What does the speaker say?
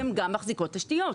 והן גם מחזיקות תשתיות.